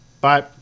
Bye